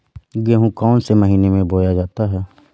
गेहूँ कौन से महीने में बोया जाता है?